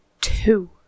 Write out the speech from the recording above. two